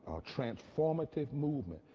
transformative movement.